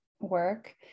work